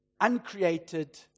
uncreated